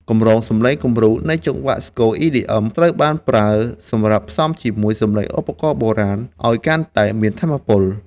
កម្រងសំឡេងគំរូ នៃចង្វាក់ស្គរ EDM ត្រូវបានប្រើសម្រាប់ផ្សំជាមួយសំឡេងឧបករណ៍បុរាណឱ្យកាន់តែមានថាមពល។